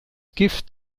gift